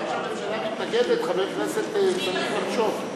גם כשהממשלה מתנגדת חבר כנסת צריך לחשוב.